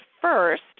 first